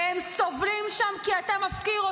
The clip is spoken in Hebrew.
והם סובלים שם כי אתה מפקיר אותם.